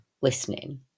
listening